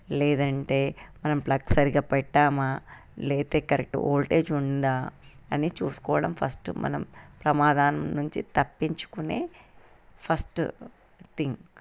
లేదంటే మనం ప్లగ్ సరిగ్గా పెట్టామా లేతే కరెక్ట్ ఓల్టేజ్ ఉందా అని చూసుకోవడం ఫస్ట్ మనం ప్రమాదం నుంచి తప్పించుకునే ఫస్ట్ థింగ్